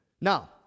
Now